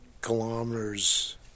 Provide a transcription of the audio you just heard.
kilometers